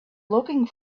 looking